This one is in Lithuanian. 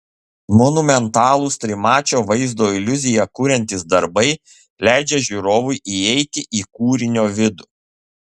monumentalūs trimačio vaizdo iliuziją kuriantys darbai leidžia žiūrovui įeiti į kūrinio vidų